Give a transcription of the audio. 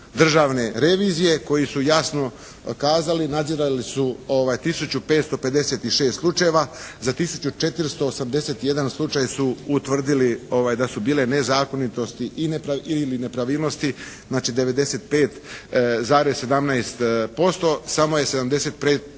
državne revizije koji su jasno kazali, nadzirali su tisuću 556 slučajeva. Za tisuću 481 slučaj su utvrdili da su bile nezakonitosti ili nepravilnosti, znači 95,17%. Samo je 75